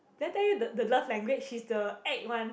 did I tell you the the love language she's the act one